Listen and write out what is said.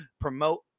promote